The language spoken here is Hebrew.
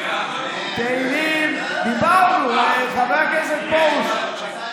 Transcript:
דיברנו, חבר הכנסת פרוש.